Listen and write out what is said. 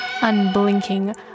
unblinking